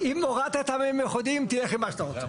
אם הורדת טעמים מיוחדים, יהיה לך מה שאתה רוצה.